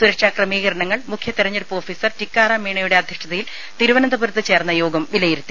സുരക്ഷാ ക്രമീകരണങ്ങൾ മുഖ്യതിരഞ്ഞെടുപ്പ് ഓഫീസർ ടിക്കാറാം മീണയുടെ അധ്യക്ഷതയിൽ തിരുവനന്തപുരത്ത് ചേർന്ന യോഗം വിലയിരുത്തി